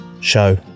show